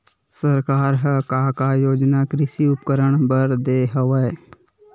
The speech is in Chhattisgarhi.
सरकार ह का का योजना कृषि उपकरण बर दे हवय?